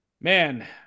man